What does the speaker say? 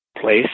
place